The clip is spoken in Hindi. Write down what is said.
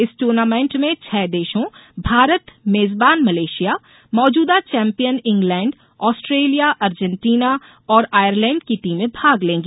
इस टूर्नामेंट में छह देशों भारत मेजबान मलेशिया मौजूदा चौम्पियन इंग्लैंड ऑस्ट्रेलिया अर्जेटीना और आयरलैंड की टीमें भाग लेंगी